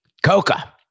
Coca